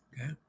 Okay